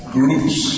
groups